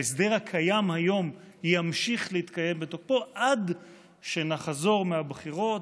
ההסדר הקיים כיום ימשיך להתקיים בתוקפו עד שנחזור מהבחירות,